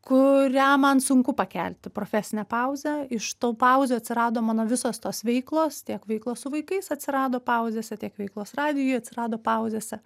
kurią man sunku pakelti profesinę pauzę iš tų pauzių atsirado mano visos tos veiklos tiek veiklos su vaikais atsirado pauzėse tiek veiklos radijuj atsirado pauzėse